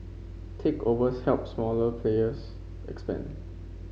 takeovers helped smaller players expand